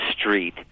street